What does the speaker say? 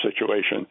situation